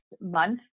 month